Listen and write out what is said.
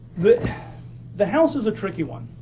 the the house is a tricky one.